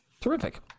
Terrific